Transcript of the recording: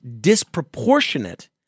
disproportionate